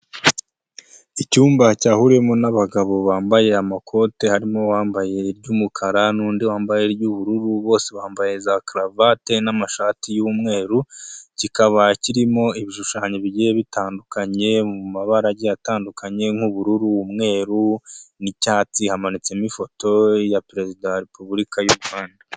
Icyumba cyahuriwemo n'abagabo bambaye amakoti harimo wambaye iry'umukara n'undi wambaye iry'ubururu bose bambaye za karuvate n'amashati y'umweru, kikaba kirimo ibishushanyo bigiye bitandukanye mu mabara agiye atandukanye nk'ubururu umweru n'icyatsi hamanitsemo ifoto ya Perezida wa Repubulika y'u Rwanda.